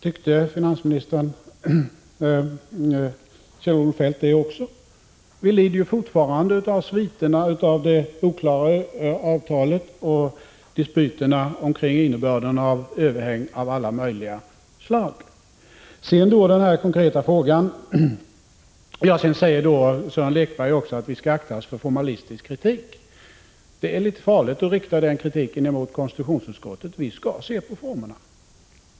Tyckte finansminister Kjell-Olof Feldt också det? Vi lider ju fortfarande av sviterna av det oklara avtalet och dispyterna om innebörden av överhäng av alla möjliga slag. Sören Lekberg säger vidare att vi skall akta oss för formalistisk kritik. Det är litet farligt att rikta den kritiken mot konstitutionsutskottet, som skall se på formerna.